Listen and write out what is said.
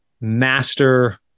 master